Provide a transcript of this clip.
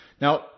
Now